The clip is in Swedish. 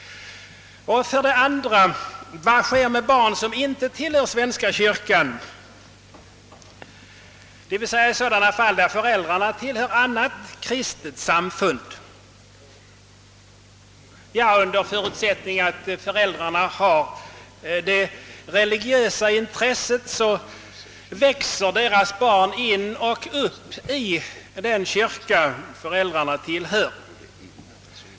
För det andra: Vad sker med barn som inte tillhör svenska kyrkan — jag avser de fall där föräldrarna tillhör annat kristet samfund? Under förutsättning att föräldrarna har ett religiöst intresse växer deras barn in och upp i den kyrka föräldrarna tillhör.